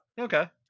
Okay